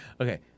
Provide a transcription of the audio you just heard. Okay